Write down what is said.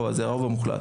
זה הרוב המוחלט.